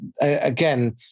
again